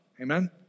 Amen